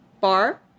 bar